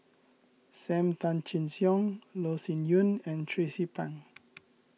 Sam Tan Chin Siong Loh Sin Yun and Tracie Pang